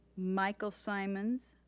michael simons,